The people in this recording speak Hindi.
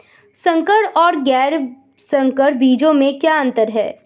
संकर और गैर संकर बीजों में क्या अंतर है?